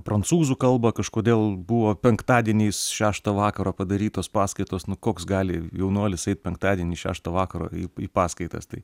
prancūzų kalbą kažkodėl buvo penktadieniais šeštą vakaro padarytos paskaitos nu koks gali jaunuolis eit penktadienį šeštą vakaro į į paskaitas tai